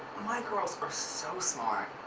my girls are so smart.